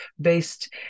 based